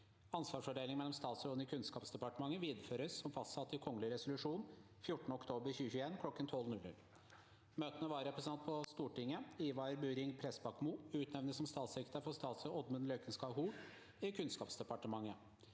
Ansvarsfordelingen mellom statsrådene i Kunnskapsdepartementet videreføres som fastsatt i kongelig resolusjon 14. oktober 2021 kl. 12.00. 5. Møtende vararepresentant på Stortinget Ivar Bühring Prestbakmo utnevnes som statssekretær for statsråd Oddmund Løkensgard Hoel i Kunnskapsdepartementet.